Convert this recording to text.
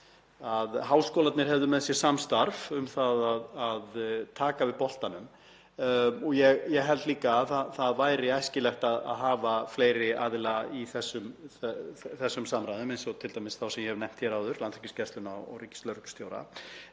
háskólarnir þá með sér samstarf um að taka við boltanum. Ég held líka að það væri æskilegt að hafa fleiri aðila í þessum samræðum eins og t.d. þá sem ég hef nefnt hér áður, Landhelgisgæsluna og ríkislögreglustjóra.